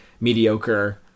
mediocre